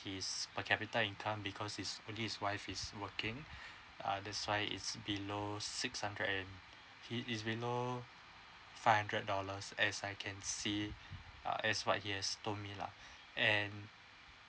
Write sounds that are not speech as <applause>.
his per capita income because his only his wife is working <breath> and that's why is below six hundred and he is below five hundred dollars as I can see uh as what his has told me lah <breath> and